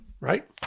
right